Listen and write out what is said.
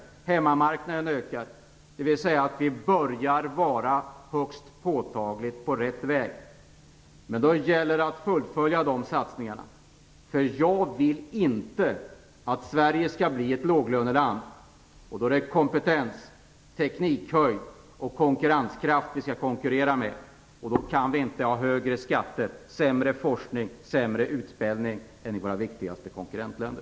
Hemmamarknaden ökar, dvs. vi börjar högst påtagligt vara på rätt väg. Men då gäller det att fullfölja satsningarna. Jag vill inte att Sverige skall bli ett låglöneland. Det är kompetens, teknikhöjden och konkurrenskraft som vi skall konkurrera med. Då kan vi inte ha högre skatter, sämre forskning och sämre utbildning än i våra viktigaste konkurrentländer.